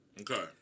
Okay